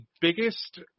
biggest